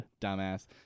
Dumbass